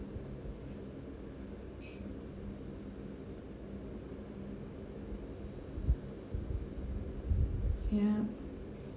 ya